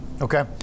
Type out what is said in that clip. Okay